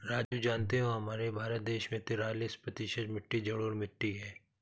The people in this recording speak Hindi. राजू जानते हो हमारे भारत देश में तिरालिस प्रतिशत मिट्टी जलोढ़ मिट्टी हैं